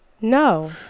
no